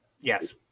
Yes